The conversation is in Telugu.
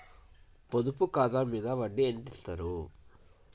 పొదుపు ఖాతా మీద వడ్డీ ఎంతిస్తరు?